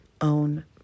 own